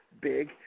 big